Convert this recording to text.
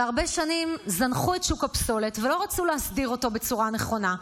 והרבה שנים זנחו את שוק הפסולת ולא רצו להסדיר אותו בצורה נכונה.